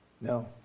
No